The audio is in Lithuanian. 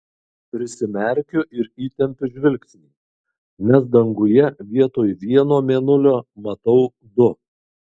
prisimerkiu ir įtempiu žvilgsnį nes danguje vietoj vieno mėnulio matau du